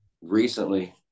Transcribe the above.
recently